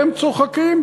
והם צוחקים